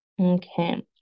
Okay